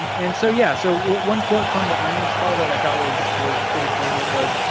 um and so yeah so one quote from the earnings call that i thought was was pretty poignant was,